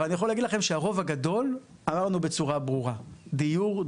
אבל אני יכול להגיד לכם שהרוב הגדול אמר לנו בצורה ברורה: דיור,